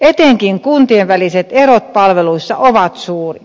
etenkin kuntien väliset erot palveluissa ovat suuret